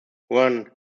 one